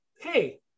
Hey